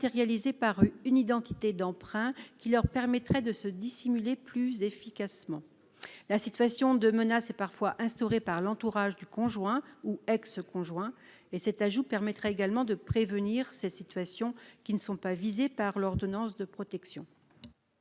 par une identité d'emprunt qui leur permettrait de se dissimuler plus efficacement. La situation de menace est parfois instaurée par l'entourage du conjoint ou ex-conjoint. Cet ajout permettrait également de prévenir ces situations, qui ne sont pas visées par l'ordonnance de protection.